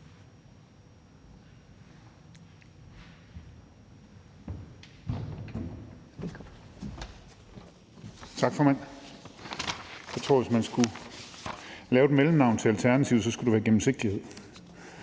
Tak, formand. Jeg tror, at hvis man skulle give Alternativet et mellemnavn, så skulle det være gennemsigtighed.